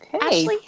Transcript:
Ashley